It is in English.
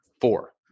four